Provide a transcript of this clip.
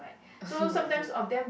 a few a few